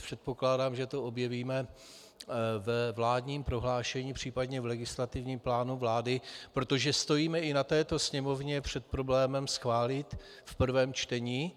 Předpokládám, že to objevíme ve vládním prohlášení, případně v legislativním plánu vlády, protože stojíme i na této sněmovně před problémem schválit v prvém čtení...